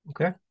okay